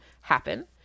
happen